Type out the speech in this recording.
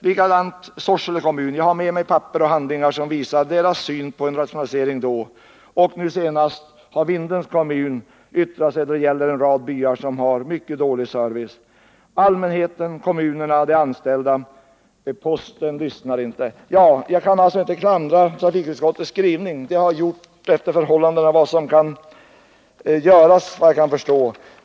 Likadant var det i Sorsele kommun -— jag har med mig handlingar som visar kommunens syn på en rationalisering där. Nu senast har Vindelns kommun yttrat sig när det gäller en rad byar som har mycket dålig service. Allmänheten, kommunerna och de anställda yttrar sig, men posten lyssnar inte. Jag kan alltså inte klandra utskottets skrivning. Utskottet har såvitt jag förstår gjort vad som är möjligt med hänsyn till förhållandena.